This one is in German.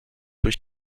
durch